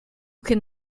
can